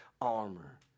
armor